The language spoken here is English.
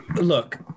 look